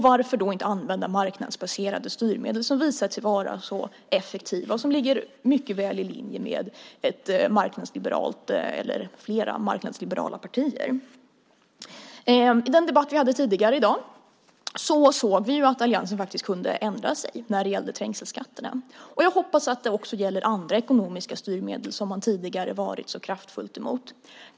Varför då inte använda marknadsbaserade styrmedel som visat sig vara så effektiva och som ligger mycket väl i linje med ett marknadsliberalt eller flera marknadsliberala partier? I den debatt vi hade tidigare i dag såg vi att alliansen faktiskt kunde ändra sig när det gällde trängselskatterna. Jag hoppas att det också gäller andra ekonomiska styrmedel som man tidigare har varit så kraftfullt emot.